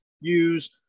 use